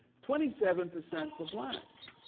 twenty seven percent for blacks.